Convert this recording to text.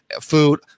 food